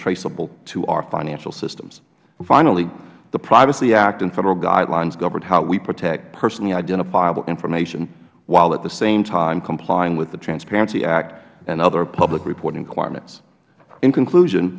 traceable to our financial systems finally the privacy act and federal guidelines govern how we protect personally identifiable information while at the same time complying with the transparency act and other public reporting requirements in conclusion